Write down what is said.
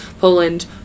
Poland